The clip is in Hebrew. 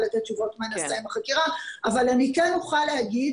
לתת תשובות מה נעשה עם החקירה אבל אני כן אוכל להגיד